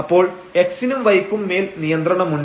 അപ്പോൾ x നും y ക്കും മേൽ നിയന്ത്രണമുണ്ട്